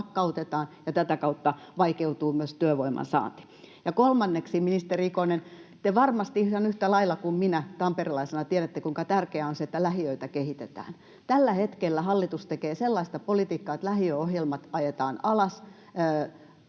ja tätä kautta vaikeutuu myös työvoiman saanti. Kolmanneksi, ministeri Ikonen, te varmasti ihan yhtä lailla kuin minä tamperelaisena tiedätte, kuinka tärkeää on se, että lähiöitä kehitetään. Tällä hetkellä hallitus tekee sellaista politiikkaa, että lähiöohjelmat ajetaan alas.